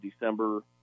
December